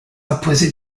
imposé